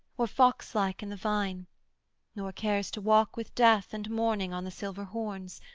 or foxlike in the vine nor cares to walk with death and morning on the silver horns,